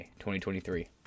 2023